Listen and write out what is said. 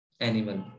animal